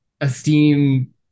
esteem